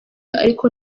ariko